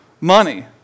money